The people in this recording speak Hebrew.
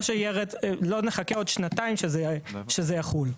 ולא נחכה עוד שנתיים עד שזה יחול.